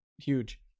huge